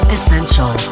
Essential